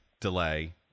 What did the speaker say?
delay